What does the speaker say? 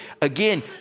Again